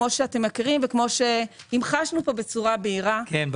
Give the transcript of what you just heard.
כמו שאתם מכירים וכמו שהמחשנו פה בצורה בהירה --- כן,